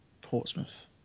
Portsmouth